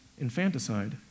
infanticide